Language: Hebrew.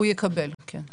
הוא יקבל, כן.